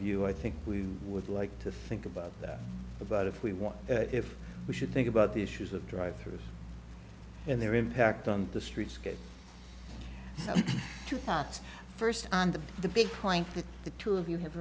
view i think we would like to think about that about if we want if we should think about the issues of drive through and their impact on the streets two thoughts first on the the big point that the two of you have